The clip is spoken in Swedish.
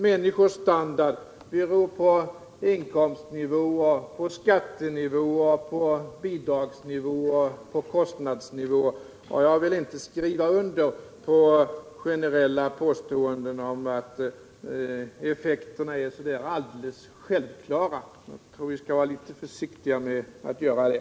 Människors standard beror på inkomstnivåer, på skattenivåer, på bidragsnivåer, på kostnadsnivåer, och jag vill inte skriva under på generella påståenden om att effekterna är så där alldeles självklara. Jag tror att vi skall vara litet försiktiga med att göra det.